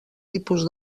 tipus